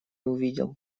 увидел